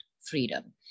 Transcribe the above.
freedom